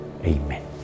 Amen